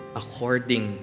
according